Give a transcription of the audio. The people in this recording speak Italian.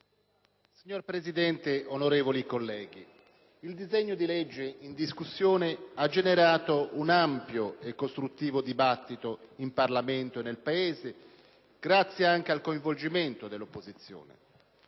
Signor Presidente, onorevoli colleghi, il disegno di legge in discussione ha generato un ampio e costruttivo dibattito in Parlamento e nel Paese, anche grazie al coinvolgimento dell'opposizione.